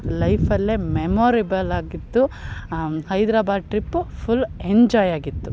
ಲೈಫಲ್ಲೇ memorable ಆಗಿತ್ತು ಹೈದ್ರಾಬಾದ trip full enjoy ಆಗಿತ್ತು